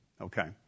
okay